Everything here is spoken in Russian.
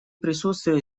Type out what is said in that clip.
присутствие